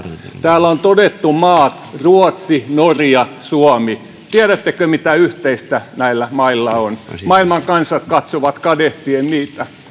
täällä on todettu maat ruotsi norja suomi tiedättekö mitä yhteistä näillä mailla on maailman kansat katsovat kadehtien niitä